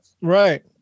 Right